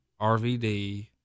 RVD